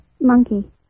Monkey